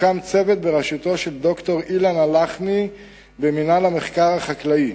הוקם צוות בראשות ד"ר אילן הלחמי ממינהל המחקר החקלאי